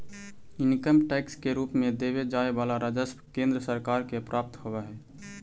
income tax के रूप में देवे जाए वाला राजस्व केंद्र सरकार के प्राप्त होव हई